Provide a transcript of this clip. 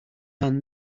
hand